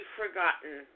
forgotten